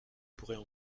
pourrais